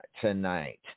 tonight